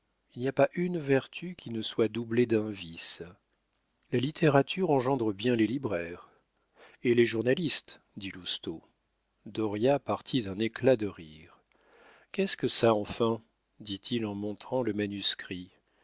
il n'y a pas une vertu qui ne soit doublée d'un vice la littérature engendre bien les libraires et les journalistes dit lousteau dauriat partit d'un éclat de rire qu'est-ce que ça enfin dit-il en montrant le manuscrit